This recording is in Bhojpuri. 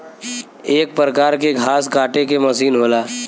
एक परकार के घास काटे के मसीन होला